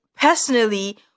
personally